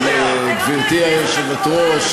גברתי היושבת-ראש,